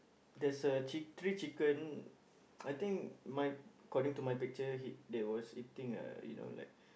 there's a chick~ three chicken I think my according to my picture he they was eating a you know like